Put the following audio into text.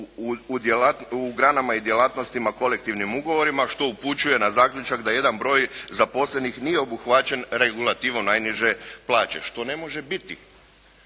u granama i djelatnostima kolektivnim ugovorima, što upućuje na zaključak da jedan broj zaposlenih nije obuhvaćen regulativom najniže plaće, što ne može biti.